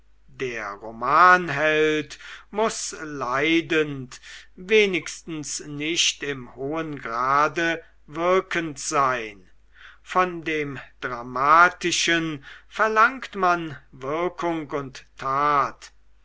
der romanheld muß leidend wenigstens nicht im hohen grade wirkend sein von dem dramatischen verlangt man wirkung und tat